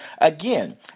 Again